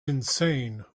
insane